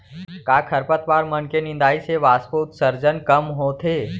का खरपतवार मन के निंदाई से वाष्पोत्सर्जन कम होथे?